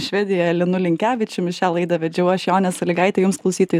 švedijoje linu linkevičiumi šią laidą vedžiau aš jonė sąlygaitė jums klausytojai